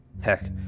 Heck